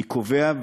אני קובע,